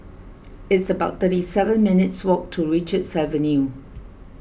it's about thirty seven minutes' walk to Richards Avenue